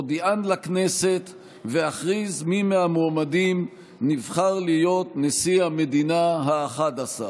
אודיען לכנסת ואכריז מי מהמועמדים נבחר להיות נשיא המדינה האחד-עשר.